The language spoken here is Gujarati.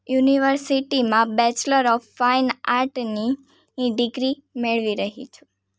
યુનિવર્સિટીમાં બેચલર ઓફ ફાઇન આર્ટની એ ડિગ્રી મેળવી રહી છું